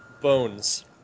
bones